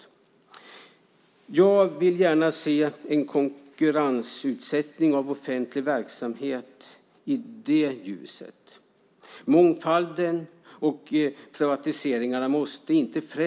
I ljuset av det vill jag gärna se en konkurrensutsättning av offentlig verksamhet.